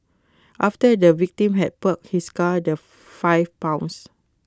after the victim had parked his car the five pounced